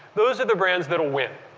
those are the brands that will win.